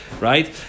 right